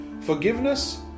forgiveness